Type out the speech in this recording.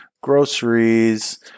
groceries